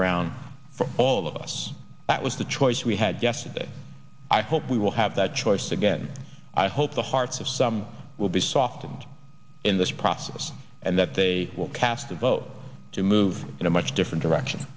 around for all of us that was the choice we had yesterday i hope we will have that choice again i hope the hearts of some will be soft and in this process and that they will cast a vote to move in a much different direction